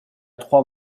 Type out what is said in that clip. trois